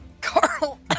Carl